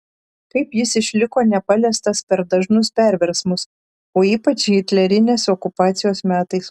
kaip jis išliko nepaliestas per dažnus perversmus o ypač hitlerinės okupacijos metais